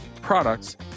products